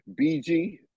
BG